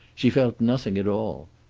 she felt nothing at all.